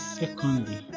secondly